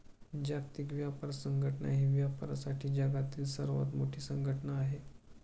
जागतिक व्यापार संघटना ही व्यापारासाठी जगातील सर्वात मोठी संघटना आहे